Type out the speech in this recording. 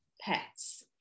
pets